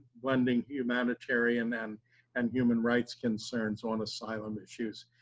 lending humanitarian and and human rights concerns on asylum issues.